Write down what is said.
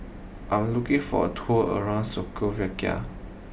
I'm looking for a tour around